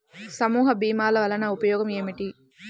సమూహ భీమాల వలన ఉపయోగం ఏమిటీ?